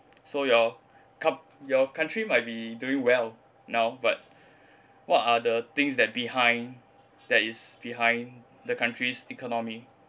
so your cut~ your country might be doing well now but what are the things that behind that is behind the country's economy